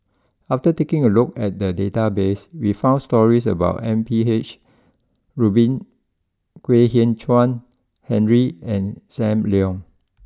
after taking a look at the databases we found stories about M P H Rubin Kwek Hian Chuan Henry and Sam Leong